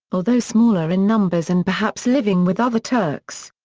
although smaller in numbers and perhaps living with other turks.